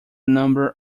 number